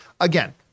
Again